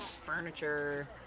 furniture